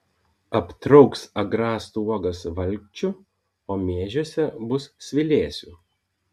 aptrauks agrastų uogas valkčiu o miežiuose bus svilėsių